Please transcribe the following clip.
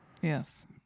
Yes